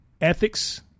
ethics